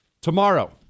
Tomorrow